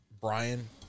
Brian